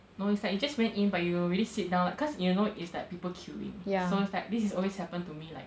no it's like you just went in but you already sit down like cause you know it's like people queuing so it's like this is always happen to me like